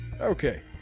Okay